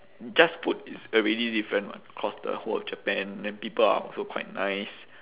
just food is already different [what] across the whole of japan then people are also quite nice